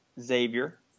Xavier